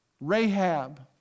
Rahab